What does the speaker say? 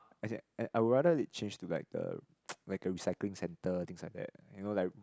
as in I would rather they change to like the ppo like a recycling centre things like that you know like